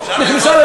נכנסה,